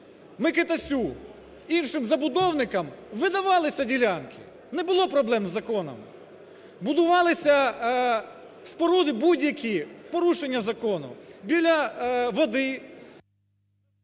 Микитасю, іншим забудовникам видавалися ділянки, не було проблем з законом. Будувалися споруди будь-які. В порушення закону біля води…